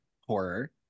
horror